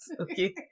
okay